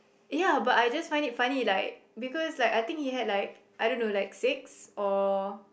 ya but I just find it funny like because like I think he had like I don't know like six or